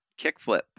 Kickflip